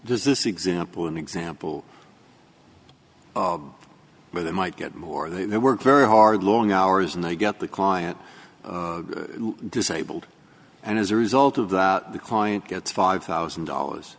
does this example an example but it might get more they work very hard long hours and they get the client disabled and as a result of that the client gets five thousand dollars